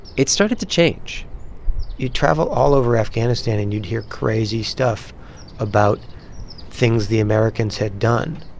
it started to change you'd travel all over afghanistan, and you'd hear crazy stuff about things the americans had done.